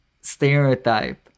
stereotype